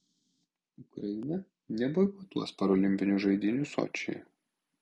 ukraina neboikotuos parolimpinių žaidynių sočyje